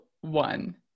one